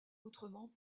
autrement